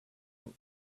old